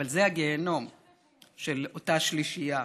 אבל זה הגיהינום של אותה שלישייה.